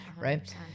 right